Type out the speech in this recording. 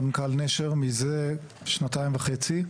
מנכ"ל נשר מזה שנתיים וחצי.